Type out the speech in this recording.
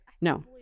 No